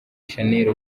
shanel